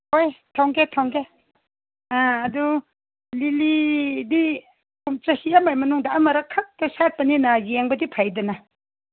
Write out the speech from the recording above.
ꯍꯣꯏ ꯊꯝꯒꯦ ꯊꯝꯒꯦ ꯑꯥ ꯑꯗꯨ ꯂꯤꯂꯤꯗꯤ ꯆꯍꯤ ꯑꯃꯒꯤ ꯃꯅꯨꯡꯗ ꯑꯃꯔꯛꯈꯛꯇ ꯁꯥꯠꯄꯅꯤꯅ ꯌꯦꯡꯕꯗꯤ ꯐꯩꯗꯅ